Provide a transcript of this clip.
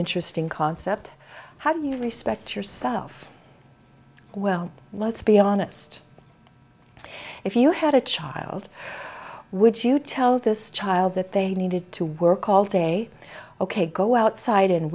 interesting concept how do you respect yourself well let's be honest if you had a child would you tell this child that they needed to work all day ok go outside and